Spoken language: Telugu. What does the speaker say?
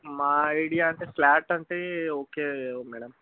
మా ఐడియా అంటే ఫ్లాట్ అంటే ఓకే మేడమ్